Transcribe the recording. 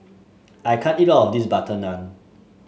I can't eat all of this butter naan